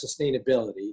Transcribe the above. sustainability